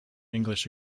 english